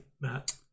matt